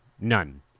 None